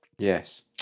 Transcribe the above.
Yes